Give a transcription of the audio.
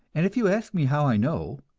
and if you ask me how i know,